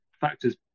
factor's